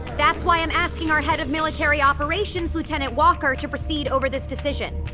that's why i'm asking our head of military operations lieutenant walker to precede over this decision.